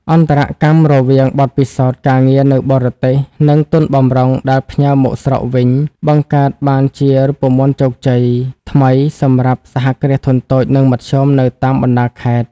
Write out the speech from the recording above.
អន្តរកម្មរវាងបទពិសោធន៍ការងារនៅបរទេស និងទុនបំរុងដែលផ្ញើមកស្រុកវិញ បង្កើតបានជា "រូបមន្តជោគជ័យ" ថ្មីសម្រាប់សហគ្រាសធុនតូច និងមធ្យមនៅតាមបណ្ដាខេត្ត។